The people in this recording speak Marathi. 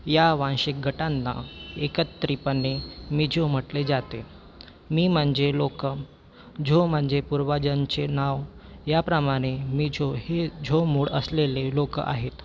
या वांशिक गटांना एकत्रितपणे मिझो म्हटले जाते मि म्हणजे लोक झो म्हणजे पूर्वजांचे नाव याप्रमाणे मिझो हे झो मूळ असलेले लोक आहेत